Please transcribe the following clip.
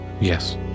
Yes